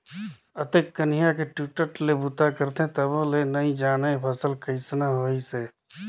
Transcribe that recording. अतेक कनिहा के टूटट ले बूता करथे तभो ले नइ जानय फसल कइसना होइस है